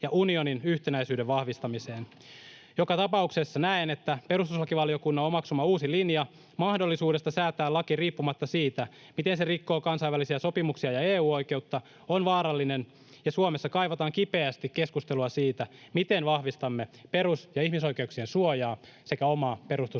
ja unionin yhtenäisyyden vahvistamiseen. Joka tapauksessa näen, että perustuslakivaliokunnan omaksuma uusi linja mahdollisuudesta säätää laki riippumatta siitä, miten se rikkoo kansainvälisiä sopimuksia ja EU-oikeutta, on vaarallinen, ja Suomessa kaivataan kipeästi keskustelua siitä, miten vahvistamme perus- ja ihmisoikeuksien suojaa sekä omaa perustuslakimme valvontaa.